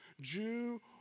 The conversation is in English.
Jew